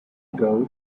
ago